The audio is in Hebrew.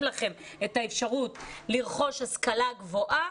לכם את האפשרות לרכוש השכלה גבוהה,